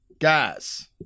Guys